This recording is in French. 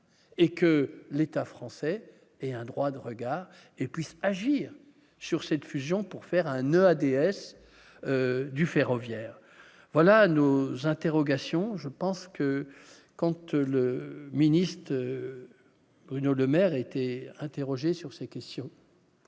et que l'État français et un droit de regard et puisse agir sur cette fusion pour faire un EADS du ferroviaire, voilà nos interrogations, je pense que compte le ministe Bruno Le Maire, était interrogé sur ces questions,